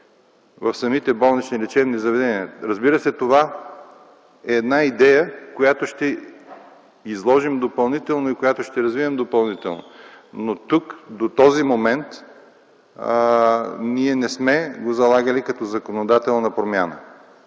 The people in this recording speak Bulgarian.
в самите болнични лечебни заведения. Разбира се, това е една идея, която ще изложим допълнително и която ще развием допълнително. Но до този момент ние не сме го залагали като законодателна промяна.